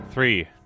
Three